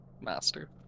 master